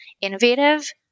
innovative